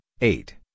eight